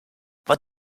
what